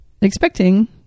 expecting